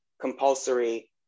compulsory